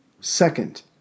Second